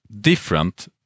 different